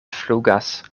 flugas